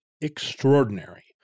extraordinary